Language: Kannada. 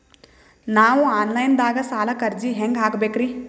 ನಾವು ಆನ್ ಲೈನ್ ದಾಗ ಸಾಲಕ್ಕ ಅರ್ಜಿ ಹೆಂಗ ಹಾಕಬೇಕ್ರಿ?